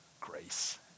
grace